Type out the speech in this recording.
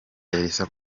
elsa